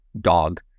dog